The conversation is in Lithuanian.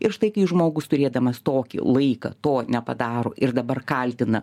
ir štai kai žmogus turėdamas tokį laiką to nepadaro ir dabar kaltina